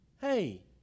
hey